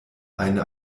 eine